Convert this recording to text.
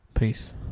Peace